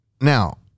now